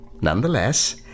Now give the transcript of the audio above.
Nonetheless